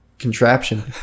contraption